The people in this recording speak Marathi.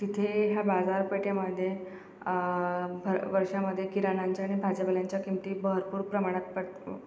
तिथे ह्या बाजारपेठेमध्ये भर वर्षामध्ये किराण्यांच्या आणि भाज्यापाल्यांच्या किमती भरपूर प्रमाणात पट